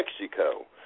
Mexico